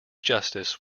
justice